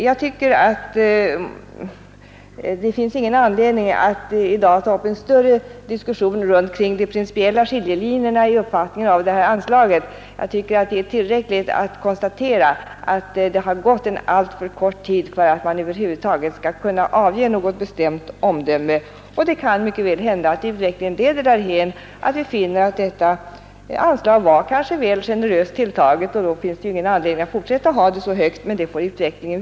Jag tycker inte att det finns någon anledning att ta upp en större diskussion om de principiella skiljelinjerna i uppfattningarna om detta anslag. Det är tillräckligt att konstatera att det gått en alltför kort tid för att man över huvud taget skall kunna avge något bestämt omdöme. Det kan mycket väl hända att utvecklingen leder därhän att vi finner att detta anslag kanske var väl generöst tilltaget och att det i fortsättningen inte finns någon anledning att sätta anslaget så högt.